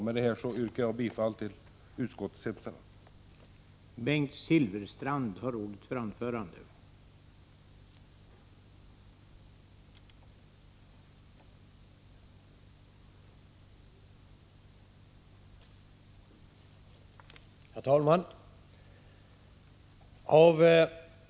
Med detta yrkar jag bifall till utskottets hemställan.